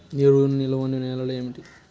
నీరు నిలువని నేలలు ఏమిటి?